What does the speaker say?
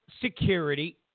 security